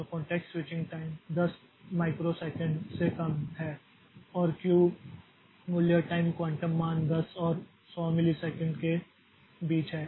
तो context switching time 10 microsecond से कम है और यह क्यू मूल्य टाइम क्वांटम मान 10 और 100 मिलीसेकंड के बीच है